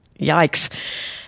Yikes